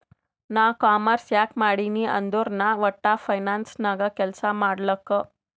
ನಾ ಕಾಮರ್ಸ್ ಯಾಕ್ ಮಾಡಿನೀ ಅಂದುರ್ ನಾ ವಟ್ಟ ಫೈನಾನ್ಸ್ ನಾಗ್ ಕೆಲ್ಸಾ ಮಾಡ್ಲಕ್